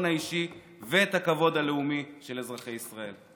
האישי ואת הכבוד הלאומי של אזרחי ישראל.